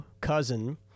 Cousin